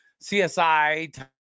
CSI